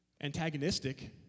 antagonistic